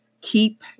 keep